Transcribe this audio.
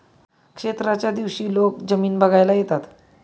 क्षेत्राच्या दिवशी लोक जमीन बघायला येतात